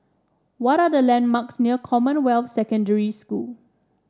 what are the landmarks near Commonwealth Secondary School